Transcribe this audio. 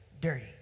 dirty